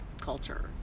culture